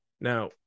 Now